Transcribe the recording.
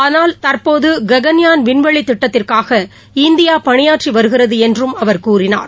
ஆனால் தற்போது ககன்யான் விண்வெளி திட்டத்திற்காக இந்தியா பணியாற்றி வருகிறது என்றும் அவர் கூறினார்